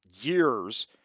years